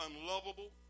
unlovable